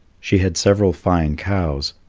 she had several fine cows,